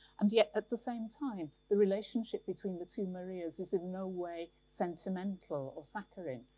and yet, at the same time, the relationship between the two maria's is in no way sentimental or saccharine.